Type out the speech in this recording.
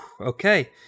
okay